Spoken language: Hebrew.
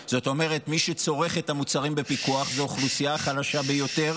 מי שצורך את המוצרים בפיקוח זו האוכלוסייה החלשה ביותר,